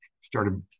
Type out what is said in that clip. started